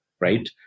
right